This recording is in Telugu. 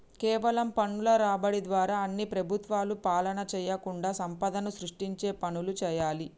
కేవలం పన్నుల రాబడి ద్వారా అన్ని ప్రభుత్వాలు పాలన చేయకుండా సంపదను సృష్టించే పనులు చేయాలి